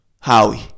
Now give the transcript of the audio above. Howie